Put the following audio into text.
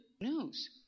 news